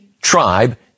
tribe